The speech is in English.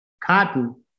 cotton